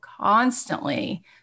constantly